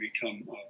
become